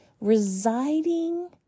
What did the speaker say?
residing